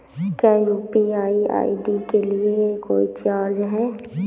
क्या UPI ID के लिए कोई चार्ज है?